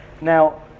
Now